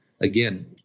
again